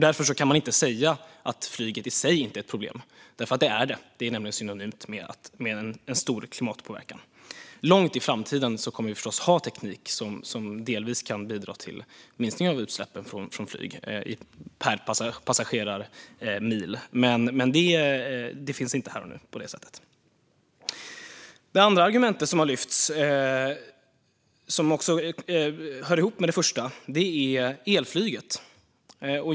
Därför kan man inte säga att flyget i sig inte är ett problem, för det är det. Det är nämligen synonymt med en stor klimatpåverkan. Långt in i framtiden kommer vi förstås att ha teknik som delvis kan bidra till en minskning av utsläppen från flyg per passagerarmil, men den finns inte här och nu. Det andra argumentet som har lyfts, som hör ihop med det första, är elflyget.